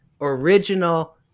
original